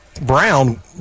Brown